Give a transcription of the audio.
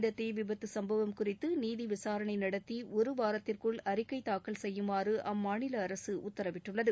இந்த தீவிபத்து சும்பவம் குறித்து நீதி விசாரணை நடத்தி ஒரு வாரத்திற்குள் அறிக்கை தாக்கல் செய்யுமாறு அம்மாநில அரசு உத்தரவிட்டுள்ளது